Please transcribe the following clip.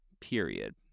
Period